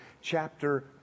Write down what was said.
chapter